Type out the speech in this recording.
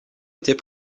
était